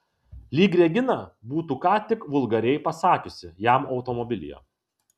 lyg regina būtų ką tik vulgariai pasakiusi jam automobilyje